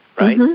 right